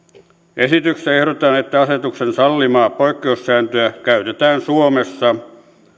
esityksessä ehdotetaan että asetuksen sallimaa poikkeussääntöä käytetään suomessa